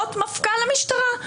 להיות מפכ"ל המשטרה.